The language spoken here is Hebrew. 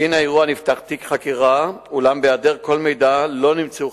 נותצו בשבוע שעבר בידי אלמונים.